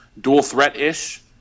dual-threat-ish